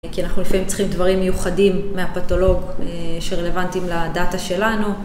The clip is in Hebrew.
כי אנחנו לפעמים צריכים דברים מיוחדים מהפתולוג שרלוונטיים לדאטה שלנו